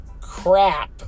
crap